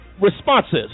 responses